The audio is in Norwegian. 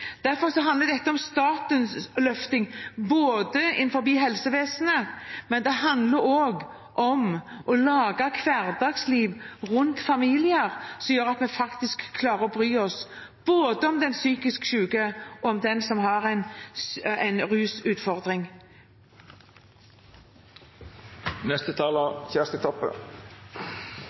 Derfor handler dette om statens løfting innenfor helsevesenet, men det handler også om å lage hverdagsliv rundt familier, som gjør at vi klarer å bry oss, både om den psykisk syke og om den som har en